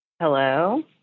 Hello